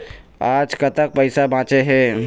आज कतक पैसा बांचे हे?